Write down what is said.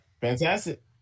Fantastic